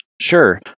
Sure